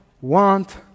want